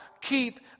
keep